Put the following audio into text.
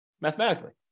mathematically